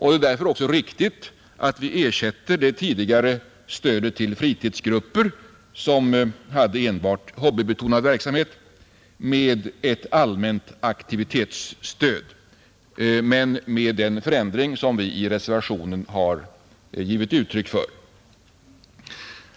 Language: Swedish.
Det är därför också riktigt att vi ersätter det tidigare stödet till fritidsgrupper, som hade enbart hobbybetonad verksamhet, genom ett allmänt aktivitetsstöd med de förändringar som utskottet har redogjort för.